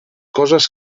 coses